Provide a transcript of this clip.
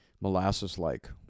Molasses-like